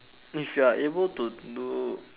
if you're able to do